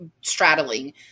straddling